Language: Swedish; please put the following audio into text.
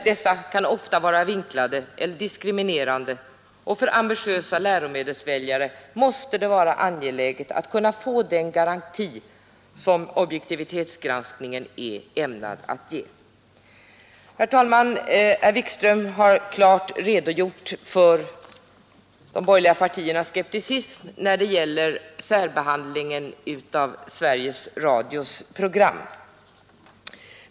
Dessa kan också vara vinklade eller diskriminerande, och för ambitiösa läromedelsväljare måste det vara angeläget att kunna få den garanti som en objektivitetsgranskning är ämnad att ge. Herr Wikström har klart redogjort för de borgerliga partiernas skepticism när det gäller särbehandling av Sveriges Radios program.